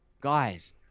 guys